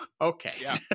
okay